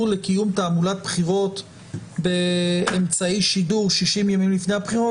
לקיום תעמולת בחירות באמצעי שידור 60 ימים לפני הבחירות,